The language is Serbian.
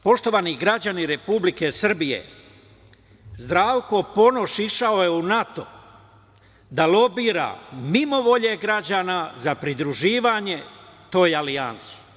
Poštovani građani Republike Srbije, Zdravko Ponoš išao je u NATO da lobira mimo volje građana za pridruživanje toj alijansi.